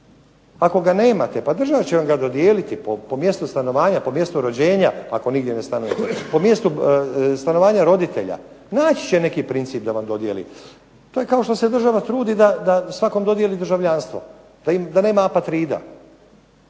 Ako ga nemate, pa država će vam ga dodijeliti po mjestu stanovanja, po mjestu rođenja ako nigdje ne …/Govornik se ne razumije./…, po mjestu stanovanja roditelja. Naći će neki princip da vam dodijeli. To je kao što se država trudi da svakom dodijeli državljanstvo, da nema apatrida.